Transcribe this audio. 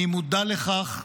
אני מודע לכך,